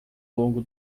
longo